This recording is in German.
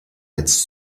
jetzt